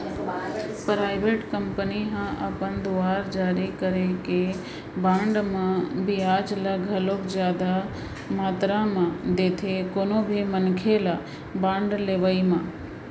private company मन ह अपन दुवार जारी करे गे बांड मन म बियाज ल घलोक जादा मातरा म देथे कोनो भी मनखे ल बांड लेवई म